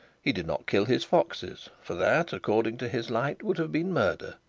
he did not kill his foxes, for that according to his light would have been murder.